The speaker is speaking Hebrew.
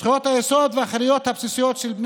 "זכויות-היסוד והחירויות הבסיסיות של בני